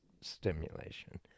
stimulation